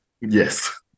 yes